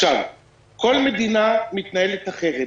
כל מדינה מתנהלת אחרת.